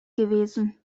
gewesen